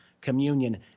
communion